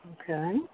Okay